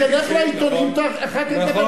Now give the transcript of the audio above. תלך לעיתונים אחר כך.